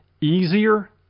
easier